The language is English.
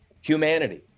humanity